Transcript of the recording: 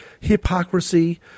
hypocrisy